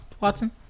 Watson